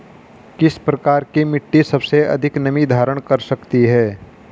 किस प्रकार की मिट्टी सबसे अधिक नमी धारण कर सकती है?